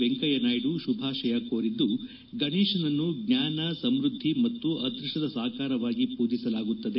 ವೆಂಕಯ್ಯ ನಾಯ್ಡು ಶುಭಾಶಯ ಕೋರಿದ್ದು ಗಣೇಶನನ್ನು ಜ್ವಾನ ಸಮೃದ್ಧಿ ಮತ್ತು ಅದೃಷ್ಟದ ಸಾಕಾರವಾಗಿ ಪೂಜಿಸಲಾಗುತ್ತದೆ